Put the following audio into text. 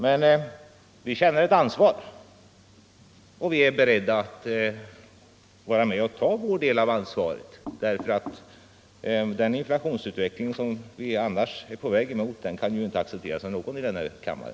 Men vi känner ett ansvar. Och vi är beredda att ta vår del av ansvaret därför att den inflationsutveckling som vi annars är på väg emot kan ju inte accepteras av någon i denna kammare.